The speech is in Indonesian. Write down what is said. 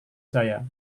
saya